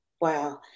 Wow